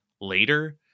later